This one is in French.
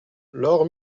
laure